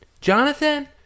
Jonathan